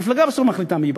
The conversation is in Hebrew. המפלגה בסוף מחליטה מי ייבחר.